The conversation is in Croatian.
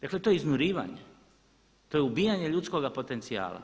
Dakle to je iznurivanje, to je ubijanje ljudskoga potencijala.